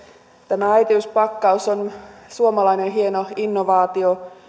tämä äitiyspakkaus on suomalainen hieno innovaatio